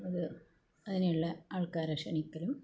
അത് അതിനുള്ള ആൾക്കാരെ ക്ഷണിക്കലും